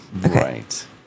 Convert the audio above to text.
Right